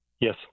Yes